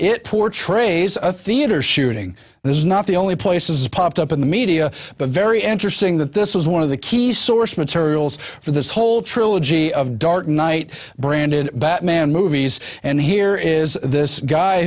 it portrays a theater shooting this is not the only places popped up in the media but very interesting that this was one of the key source materials for this whole trilogy of dark knight branded batman movies and here is this guy